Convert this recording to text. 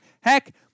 Heck